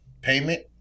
payment